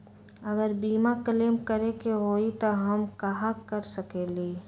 अगर बीमा क्लेम करे के होई त हम कहा कर सकेली?